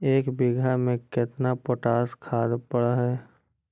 एक बिघा में केतना पोटास खाद पड़ है?